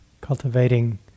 cultivating